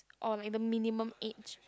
or like the minimum age